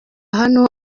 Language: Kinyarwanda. hano